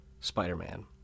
Spider-Man